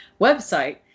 Website